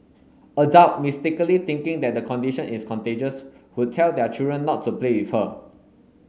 adult mistakenly thinking that the condition is contagious would tell their children not to play with her